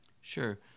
Sure